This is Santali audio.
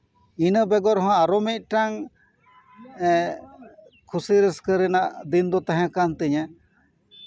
ᱤᱱᱟᱹ ᱵᱮᱜᱚᱨ ᱦᱚᱸ ᱟᱨᱚ ᱢᱤᱫᱴᱟᱱ ᱠᱷᱩᱥᱤ ᱨᱟᱹᱥᱠᱟᱹ ᱨᱮᱱᱟᱜ ᱫᱤᱱ ᱫᱚ ᱛᱟᱦᱮᱸ ᱠᱟᱱ ᱛᱤᱧᱟᱹ